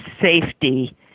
safety